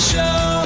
Show